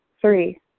Three